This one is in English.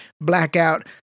blackout